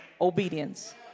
obedience